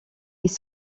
ils